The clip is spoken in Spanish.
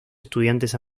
estudiantes